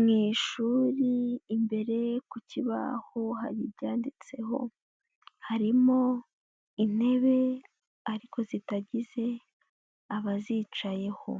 Mu ishuri imbere ku kibaho hari ibyanditseho, harimo intebe ariko zitagize abazicayeho,